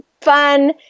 fun